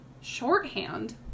shorthand